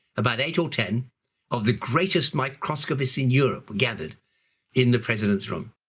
about eight or ten of the greatest microscopists in europe gathered in the president's room.